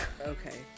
Okay